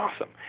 awesome